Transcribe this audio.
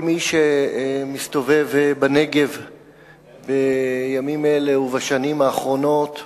כל מי שמסתובב בנגב בימים אלה ובשנים האחרונות,